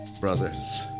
Brothers